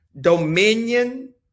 dominion